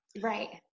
Right